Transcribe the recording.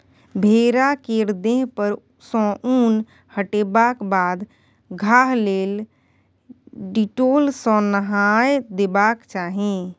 भेड़ा केर देह पर सँ उन हटेबाक बाद घाह लेल डिटोल सँ नहाए देबाक चाही